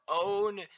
own